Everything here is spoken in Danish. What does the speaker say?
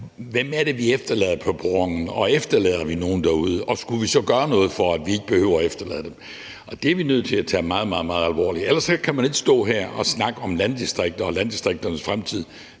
hvem det er, vi efterlader på perronen. Og efterlader vi nogen derude? Og skulle vi så gøre noget, for at vi ikke behøver at efterlade dem? Det er vi nødt til at tage meget, meget alvorligt. Man kan ikke stå her og snakke om landdistrikter og landdistrikternes fremtid,